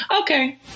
Okay